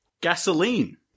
Gasoline